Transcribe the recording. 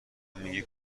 میگی